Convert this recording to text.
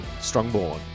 Strongborn